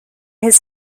his